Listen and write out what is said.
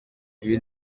ibi